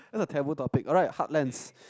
that's a taboo topic all right heartlands